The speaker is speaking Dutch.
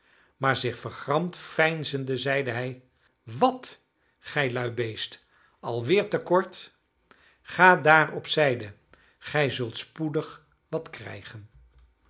maar zich vergramd veinzende zeide hij wat gij lui beest alweer te kort ga daar op zijde gij zult spoedig wat krijgen